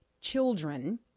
children—